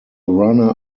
runner